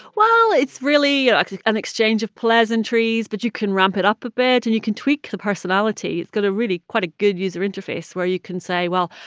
well, it's really ah an exchange of pleasantries. but you can ramp it up a bit. and you can tweak the personality. it's got a really quite a good user interface where you can say, well,